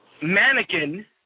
...mannequin